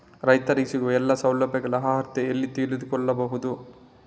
ರೈತರಿಗೆ ಸಿಗುವ ಎಲ್ಲಾ ಸೌಲಭ್ಯಗಳ ಅರ್ಹತೆ ಎಲ್ಲಿ ತಿಳಿದುಕೊಳ್ಳಬಹುದು?